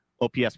OPS